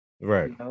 Right